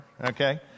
okay